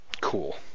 Cool